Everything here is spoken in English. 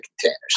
containers